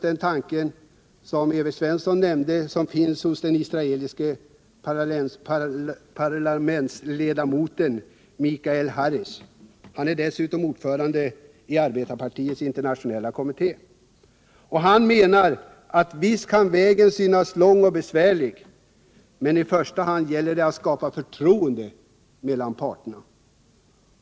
Den tanken, som Evert Svensson nämnde, finns hos bl.a. den israeliske parlamentsledamoten Michael Harish, som dessutom är ordförande i arbetarpartiets internationella kommitté. Han menar att visst kan vägen synas lång och besvärlig, men i första hand gäller det att skapa ett förtroende mellan parterna.